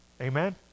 Amen